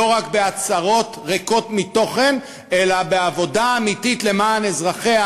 לא רק בהצהרות ריקות מתוכן אלא בעבודה אמיתית למען אזרחיה,